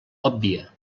òbvia